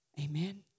Amen